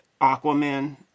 aquaman